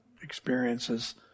experiences